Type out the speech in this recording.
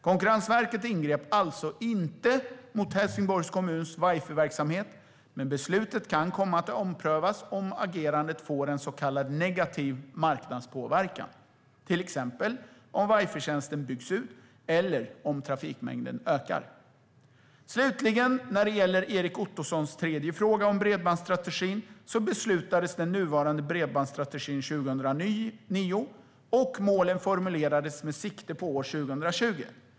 Konkurrensverket ingrep alltså inte mot Helsingborgs kommuns wifi-verksamhet, men beslutet kan komma att omprövas om agerandet får en så kallad negativ marknadspåverkan, till exempel om wifi-tjänsten byggs ut eller om trafikmängden ökar. Slutligen gäller det Erik Ottosons tredje fråga, om bredbandsstrategin. Den nuvarande bredbandsstrategin beslutades 2009, och målen formulerades med sikte på år 2020.